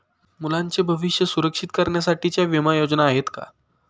मुलांचे भविष्य सुरक्षित करण्यासाठीच्या विमा योजना आहेत का?